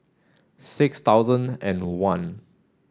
six thousand and one